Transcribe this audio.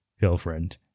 girlfriend